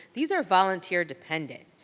these are volunteer-dependent,